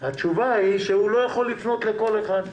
התשובה היא שהוא לא יכול לפנות לכל אחד.